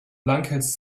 lunkheads